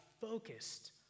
focused